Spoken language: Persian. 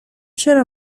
چرا